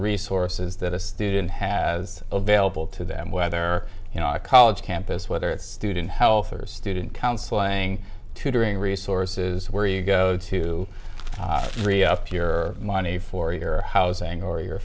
resources that a student has available to them whether you know a college campus whether it's student health or student counseling tutoring resources where you go to your money for your housing or your